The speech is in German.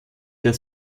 der